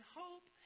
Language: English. hope